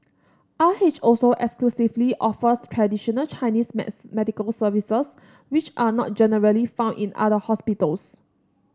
R H also exclusively offers traditional Chinese maths medical services which are not generally found in other hospitals